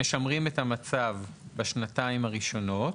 משמרים את המצב בשנתיים הראשונות,